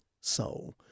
soul